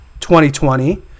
2020